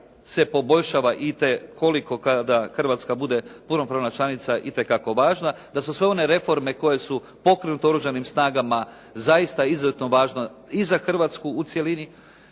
se poboljšava itekoliko kada Hrvatska bude punopravna članica itekako važna. Da su sve one reforme koje su pokrenute u oružanim snagama zaista izuzetno važne i za Hrvatsku u cjelini